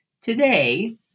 Today